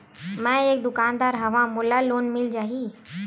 मै एक दुकानदार हवय मोला लोन मिल जाही?